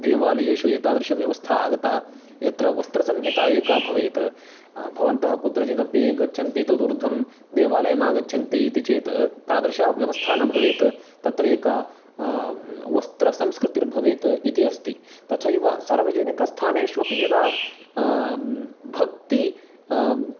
देवालयेषु एतादृश व्यवस्था आगता यत्र वस्त्रसंहिता एका भवेत् भवन्तः कुत्रचिदपि गच्छन्ति तदूर्ध्वं चेद् देवालयमागच्छन्ति चेत् तादृश व्यवस्था न भवेत् तत्र एकः वस्त्रसंस्कृतिर्भवेत् इति अस्ति तथैव सार्वजनिकस्थानेष्वपि यदा भक्तिः